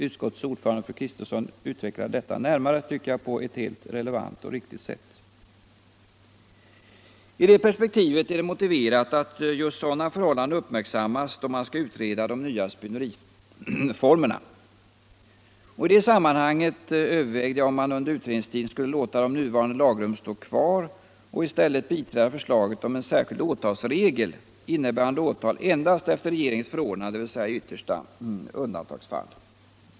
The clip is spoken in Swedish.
Utskottets ordförande, fru Kristensson, utvecklade detta närmare på ett helt relevant och riktigt sätt. Det är i det perspektivet motiverat att just sådana förhållanden uppmärksammas då man skall utreda de nya spioneriformerna. I detta sammanhang har jag övervägt om man under utredningstiden skulle låta de nuvarande lagrummen stå kvar och i stället biträda förslaget om en särskild åtalsregel, innebärande åtal endast efter regeringens förordnande, dvs. i yttersta undantagsfall.